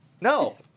No